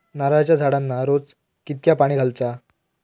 नारळाचा झाडांना रोज कितक्या पाणी घालुचा?